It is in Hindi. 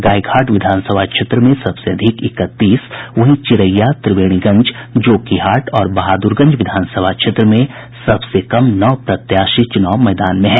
गायघाट विधानसभा क्षेत्र में सबसे अधिक इकतीस वहीं चिरैया त्रिवेणीगंज जोकीहाट और बहाद्रगंज विधानसभा क्षेत्र में सबसे कम नौ प्रत्याशी चूनाव मैदान में हैं